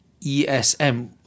ESM